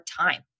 time